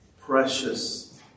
precious